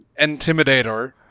intimidator